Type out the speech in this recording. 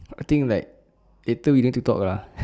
I think like later we need to talk ah